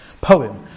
poem